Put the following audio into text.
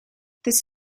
this